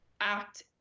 act